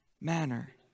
manner